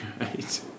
Right